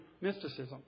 mysticism